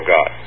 God